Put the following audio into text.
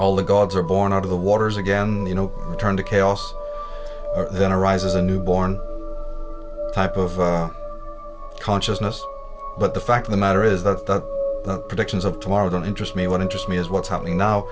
all the gods are born out of the waters again you know turn to chaos then arises a new born type of consciousness but the fact of the matter is that the predictions of tomorrow don't interest me what interests me is what's happening now